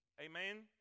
Amen